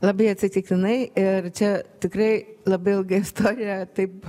labai atsitiktinai ir čia tikrai labai ilga istorija taip